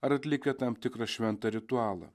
ar atlikę tam tikrą šventą ritualą